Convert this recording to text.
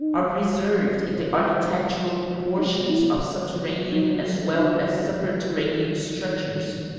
are preserved in the architectural proportions of subterranean as well as superterranean structures,